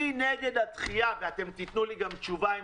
אני נגד הדחייה ואתם תתנו לי גם תשובה אם